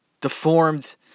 deformed